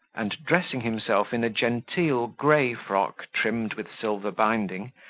and dressing himself in a genteel gray frock trimmed with silver binding,